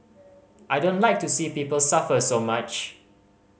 I don't like to see people suffer so much